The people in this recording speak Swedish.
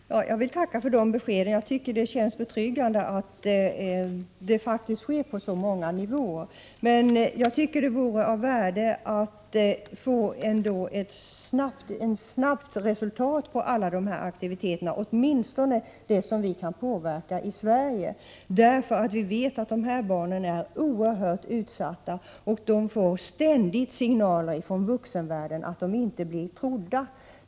Herr talman! Jag vill tacka för de beskeden. Jag tycker det känns betryggande att det faktiskt sker arbete på så många nivåer. Men jag tycker ändå det vore av värde att få ett snabbt resultat beträffande alla dessa aktiviteter, åtminstone i fråga om det som vi kan påverka i Sverige. Vi vet ju att dessa barn är oerhört utsatta, och de får ständigt signaler från vuxenvärlden som innebär att de inte blir trodda.